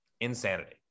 insanity